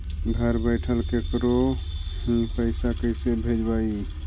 घर बैठल केकरो ही पैसा कैसे भेजबइ?